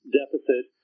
deficit